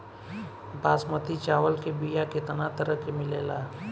बासमती चावल के बीया केतना तरह के मिलेला?